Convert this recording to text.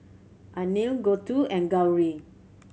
Anil Gouthu and Gauri